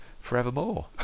forevermore